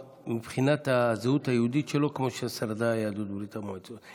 מבחינת הזהות היהודית שלהן כמו ששרדה יהדות ברית המועצות.